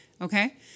Okay